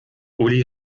uli